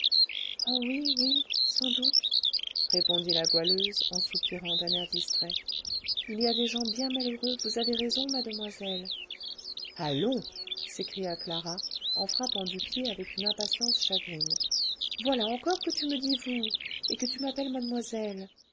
oh oui oui sans doute répondit la goualeuse en soupirant d'un air distrait il y a des gens bien malheureux vous avez raison mademoiselle allons s'écria clara en frappant du pied avec une impatience chagrine voilà encore que tu me dis vous et que tu m'appelles mademoiselle